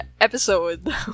episode